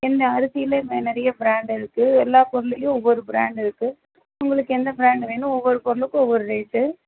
ஏன்னால் அரிசியில் நிறைய பிராண்டு இருக்குது எல்லாப் பொருளுலேயும் ஒவ்வொரு பிராண்டு இருக்குது உங்களுக்கு எந்த பிராண்டு வேணும் ஒவ்வொரு பொருளுக்கும் ஒவ்வொரு ரேட்டு